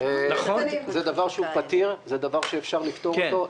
זה דבר פתיר, זה דבר שאפשר לפתור אותו.